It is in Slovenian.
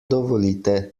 dovolite